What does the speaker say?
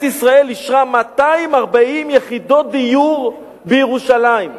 ישראל אישרה 240 יחידות דיור בירושלים.